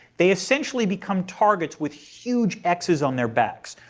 they essentially become targets with huge xes on their backs.